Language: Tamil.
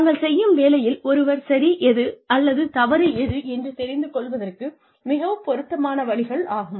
தாங்கள் செய்யும் வேலையில் ஒருவர் சரி எது அல்லது தவறு எது என்று தெரிந்து கொள்வதற்கு மிகவும் பொருத்தமான வழிகள் ஆகும்